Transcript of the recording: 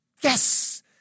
Yes